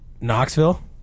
Knoxville